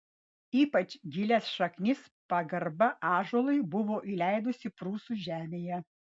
ypač gilias šaknis pagarba ąžuolui buvo įleidusi prūsų žemėje